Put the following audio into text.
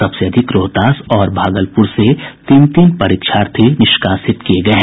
सबसे अधिक रोहतास और भागलपुर जिले से तीन तीन परीक्षार्थी निष्कासित किये गये हैं